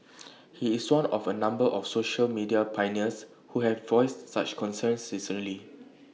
he is one of A number of social media pioneers who have voiced such concerns recently